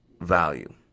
value